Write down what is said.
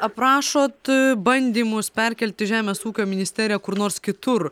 aprašot bandymus perkelti žemės ūkio ministeriją kur nors kitur